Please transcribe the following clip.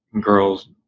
girls